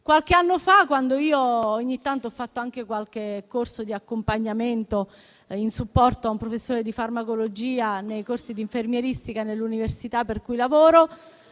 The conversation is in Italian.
Qualche anno fa, quando ho fatto corsi di accompagnamento in supporto a un professore di farmacologia nei corsi di infermieristica nell'università per cui lavoro,